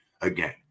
again